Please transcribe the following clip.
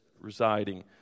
residing